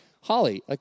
Holly